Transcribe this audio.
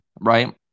right